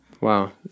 Wow